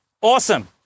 Awesome